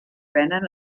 venen